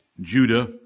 Judah